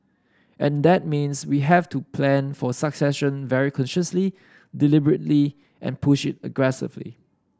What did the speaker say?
and that means we have to plan for succession very consciously deliberately and push it aggressively